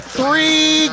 three